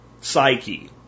psyche